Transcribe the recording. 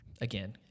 again